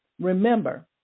Remember